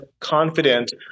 confident